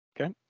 Okay